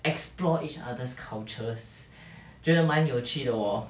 explore each other's cultures 觉得蛮有趣的哦